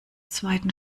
zweiten